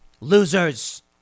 Losers